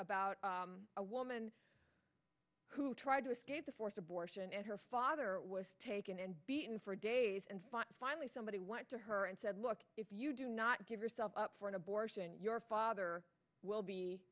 about a woman who tried to escape the forced abortion and her father was taken and beaten for days and finally somebody went to her and said look if you do not give yourself up for an abortion your father will be